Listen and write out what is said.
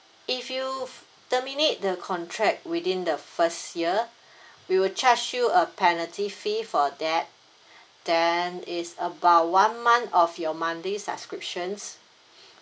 if you terminate the contract within the first year we will charge you a penalty fee for that then is about one month of your monthly subscriptions